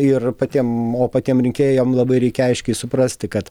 ir patiem o patiem rinkėjam labai reikia aiškiai suprasti kad